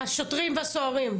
השוטרים והסוהרים.